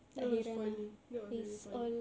that was funny that was really funny